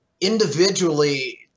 Individually